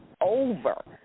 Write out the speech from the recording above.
over